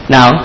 Now